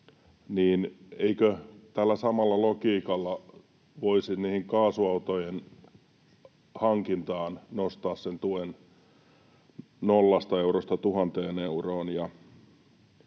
eikö tällä samalla logiikalla voisi niiden kaasuautojen hankintaan nostaa sen tuen nollasta eurosta tuhanteen euroon?